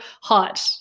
hot